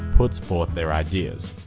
puts forth their ideas.